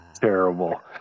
Terrible